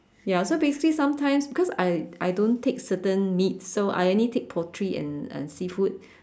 ya so basically sometimes because I I don't take certain meats so I only take poultry and and seafood